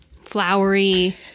flowery